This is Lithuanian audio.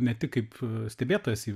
ne tik kaip stebėtojas